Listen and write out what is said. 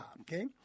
Okay